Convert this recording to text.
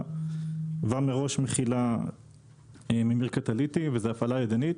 מכילה מראש ממיר קטליטי וזו הפעלה ידנית.